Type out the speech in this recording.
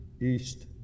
East